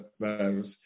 virus